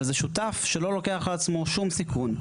אבל זה שותף שלא לוקח על עצמו שום סיכון.